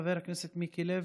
חבר הכנסת מיקי לוי,